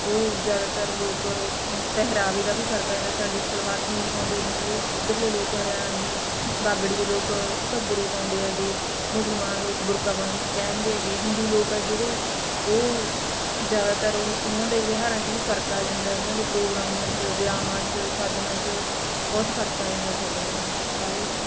ਉਹ ਜ਼ਿਆਦਾਤਰ ਲੋਕ ਪਹਿਰਾਵੇ ਦਾ ਵੀ ਫਰਕ ਆ ਜਾਂਦਾ ਸਾਡੀ ਸਲਵਾਰ ਕਮੀਜ ਪਾਉਂਦੇ ਜਿਵੇਂ ਉਹ ਉੱਧਰਲੇ ਲੋਕ ਹਰਿਆਣਵੀ ਬਾਗੜੀਏ ਲੋਕ ਘੱਗਰੇ ਪਾਉਂਦੇ ਹੈਗੇ ਮੁਸਲਮਾਨ ਲੋਕ ਬੁਰਕਾ ਪਾਨ ਪਹਿਨਦੇ ਹੈਗੇ ਹਿੰਦੂ ਲੋਕ ਆ ਜਿਹੜੇ ਉਹ ਜ਼ਿਆਦਾਤਰ ਉਹਨਾਂ ਦੇ ਵਿਹਾਰਾਂ 'ਚ ਵੀ ਫਰਕ ਆ ਜਾਂਦਾ ਉਹਨਾਂ ਦੇ ਪ੍ਰੋਗਰਾਮ 'ਚ ਵਿਆਹਾਂ 'ਚ ਸ਼ਾਦੀਆਂ 'ਚ ਬਹੁਤ ਫਰਕ ਆ ਜਾਂਦਾ ਸਾਡੇ ਨਾਲੋਂ ਸਾਰੇ